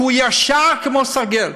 כי הוא ישר כמו סרגל.